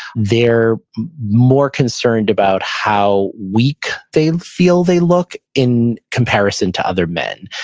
they're more concerned about how weak they feel they look in comparison to other men.